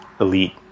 elite